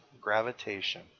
gravitation